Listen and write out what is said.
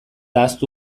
ahaztu